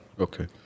Okay